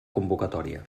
convocatòria